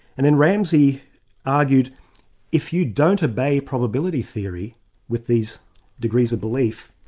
and then ramsey argued if you don't obey probability theory with these degrees of belief,